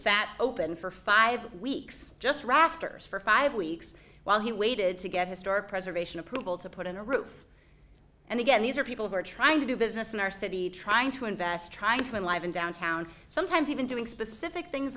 sat open for five weeks just rafters for five weeks while he waited to get historic preservation approval to put in a roof and again these are people who are trying to do business in our city trying to invest trying to enliven downtown sometimes even doing specific things